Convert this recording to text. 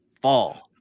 fall